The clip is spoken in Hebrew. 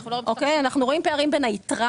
ואנחנו לא כל כך --- אנחנו רואים פערים בין היתרה,